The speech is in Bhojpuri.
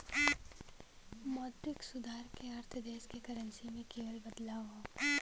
मौद्रिक सुधार क अर्थ देश क करेंसी में किहल बदलाव हौ